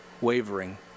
wavering